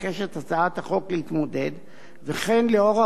וכן לאור העובדה שהדעת נותנת שההתנהגות